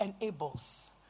enables